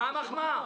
מה המחמאה?